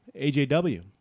ajw